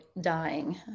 dying